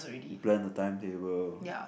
you plan the timetable